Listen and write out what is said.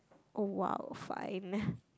oh !wow! fine